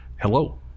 hello